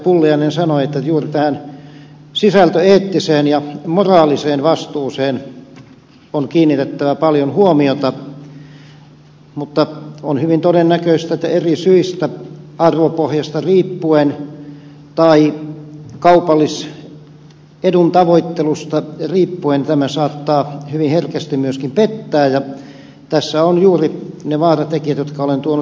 pulliainen sanoi että juuri tähän sisältöeettiseen ja moraaliseen vastuuseen on kiinnitettävä paljon huomiota mutta on hyvin todennäköistä että eri syistä arvopohjasta riippuen tai kaupallisedun tavoittelusta riippuen tämä saattaa hyvin herkästi myöskin pettää ja tässä ovat juuri ne vaaratekijät jotka olen tuonut esille